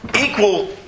equal